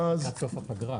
עד סוף הפגרה.